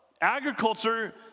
Agriculture